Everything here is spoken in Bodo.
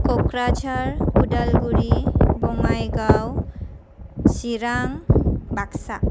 क'क्राझार उदालगुरि बङाइगाव चिरां बागसा